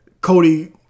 Cody